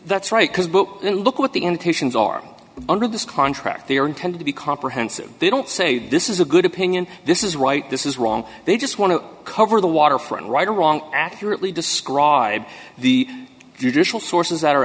that's right because look at the end patients are under this contract they are intended to be comprehensive they don't say this is a good opinion this is right this is wrong they just want to cover the waterfront right or wrong accurately describe the judicial sources that are